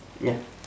ya